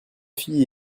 filles